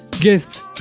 guest